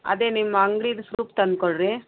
ಅದೇ ನಿಮ್ಮ ಅಂಗ್ಡಿದು ಸೂಪ್ ತಂದು ಕೊಡಿರಿ